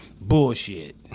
bullshit